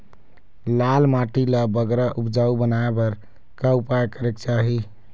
लाल माटी ला बगरा उपजाऊ बनाए बर का उपाय करेक चाही?